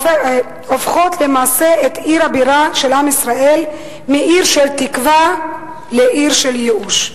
והופכים למעשה את עיר הבירה של עם ישראל מעיר של תקווה לעיר של ייאוש.